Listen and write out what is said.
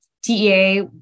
TEA